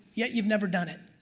yet you've never done it.